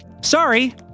Sorry